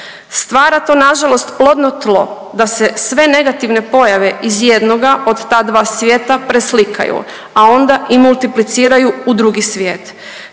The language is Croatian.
Stvara to nažalost plodno tlo, da se sve negativne pojave iz jednoga od ta dva svijeta preslikaju, a onda i multipliciraju u drugi svijet.